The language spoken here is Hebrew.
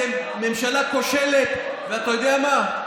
אתם ממשלה כושלת, ואתה יודע מה?